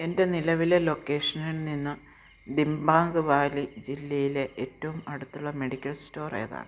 എൻ്റെ നിലവിലെ ലൊക്കേഷനിൽ നിന്ന് ദിബാംഗ് വാലി ജില്ലയിലെ ഏറ്റവും അടുത്തുള്ള മെഡിക്കൽ സ്റ്റോർ ഏതാണ്